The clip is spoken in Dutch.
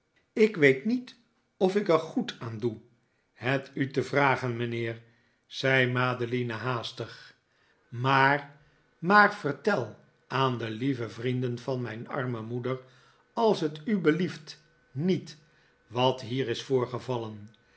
ik weet niet of ik er goed aan doe het u te vragen mijnheer zei madeline haastig maar maar vertel aan de lieve vrienden van mijn arme moeder als t u belieft niet wat hier is voorgevallen